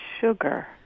sugar